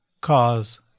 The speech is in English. cause